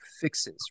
fixes